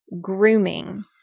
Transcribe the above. grooming